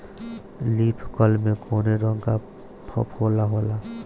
Leaf curl में कौने रंग का फफोला होला?